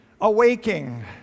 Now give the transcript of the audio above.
awaking